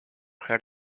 her